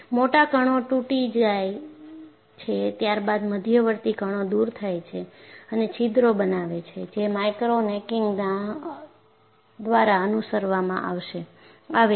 મોટા કણો તૂટી જાય છે ત્યારબાદ મધ્યવર્તી કણો દૂર થાય છે અને છિદ્રો બનાવે છે જે માઇક્રો નેકિંગના દ્વારા અનુસરવામાં આવે છે